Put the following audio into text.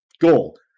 Goal